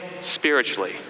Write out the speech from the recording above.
spiritually